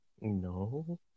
No